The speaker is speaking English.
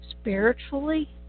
spiritually